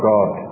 God